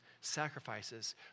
sacrifices